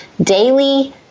daily